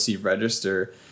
Register